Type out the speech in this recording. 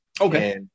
Okay